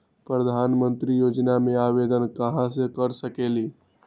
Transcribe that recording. प्रधानमंत्री योजना में आवेदन कहा से कर सकेली?